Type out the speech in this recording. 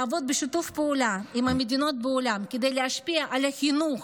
לעבוד בשיתוף פעולה עם המדינות בעולם כדי להשפיע על החינוך,